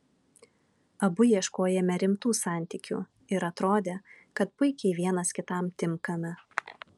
abu ieškojome rimtų santykių ir atrodė kad puikiai vienas kitam tinkame